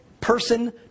person